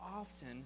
often